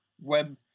web